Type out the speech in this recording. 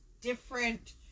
different